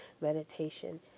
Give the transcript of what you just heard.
meditation